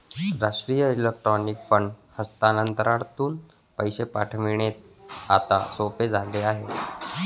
राष्ट्रीय electronic fund हस्तांतरणातून पैसे पाठविणे आता सोपे झाले आहे